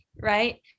right